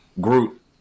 Groot